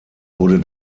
wurde